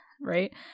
right